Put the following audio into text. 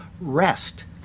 rest